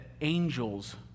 angels